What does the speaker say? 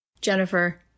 Jennifer